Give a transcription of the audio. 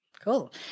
Cool